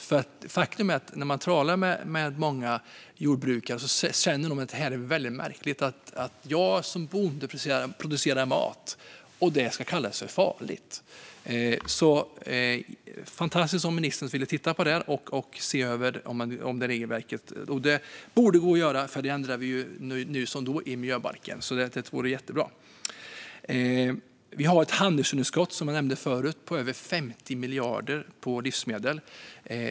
Många jordbrukare man talar med känner att det här är väldigt märkligt: Jag som bonde producerar mat, och det ska kallas farligt! Det är fantastiskt om ministern vill titta på det och se över regelverket. Det borde gå att göra, för vi ändrar ju i miljöbalken då och då. Det vore jättebra. Som jag nämnde förut har vi ett handelsunderskott på över 50 miljarder när det gäller livsmedel.